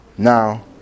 Now